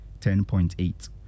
10.8%